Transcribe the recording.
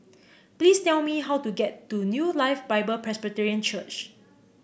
please tell me how to get to New Life Bible Presbyterian Church